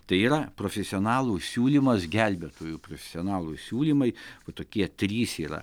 tai yra profesionalų siūlymas gelbėtojų profesionalų siūlymai vat tokie trys yra